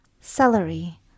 celery